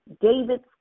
David's